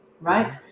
right